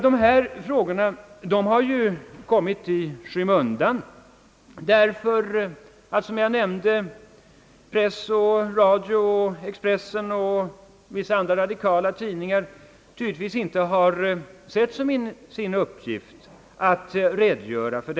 Dessa frågor har kommit i skymundan för att, som jag nämnde, press och radio — Expressen och vissa andra radikala tidningar — tydligen inte sett som sin främsta uppgift att redogöra härför.